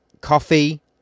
coffee